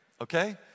okay